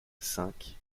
cinq